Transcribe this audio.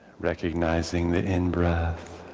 recognising the in-breath